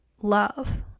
love